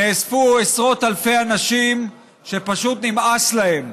נאספו עשרות אלפי אנשים שפשוט נמאס להם.